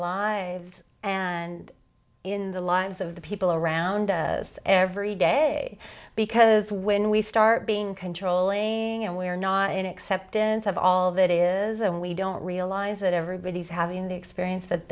lives and in the lines of the people around us every day because when we start being controlling and we are not in acceptance of all that is and we don't realize that everybody's having the experience that